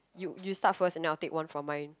you you start first and then I'll take one from mine